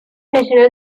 national